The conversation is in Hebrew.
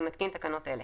אני מתקין תקנות אלה: